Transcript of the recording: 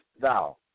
thou